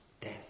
death